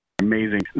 amazing